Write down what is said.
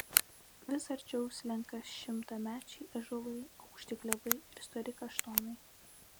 vis arčiau slenka šimtamečiai ąžuolai aukšti klevai ir stori kaštonai